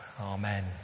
Amen